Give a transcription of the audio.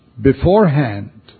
beforehand